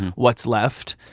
what's left?